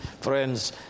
Friends